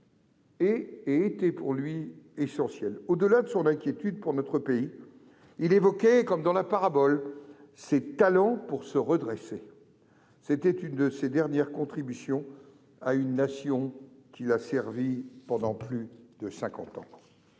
» était pour lui essentiel. Au-delà de son inquiétude pour notre pays, il évoquait, comme dans la parabole, « ses talents » pour se redresser. C'était l'une de ses dernières contributions à une Nation qu'il a servie pendant plus de cinquante